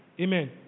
Amen